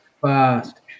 fast